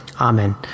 Amen